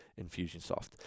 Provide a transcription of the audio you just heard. Infusionsoft